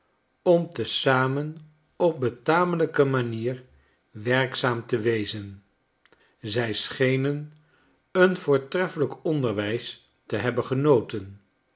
om te zamen op betamelijke manier werkzaam te wezen zij schenen een voortreffelijk onderwijs te hebben genoten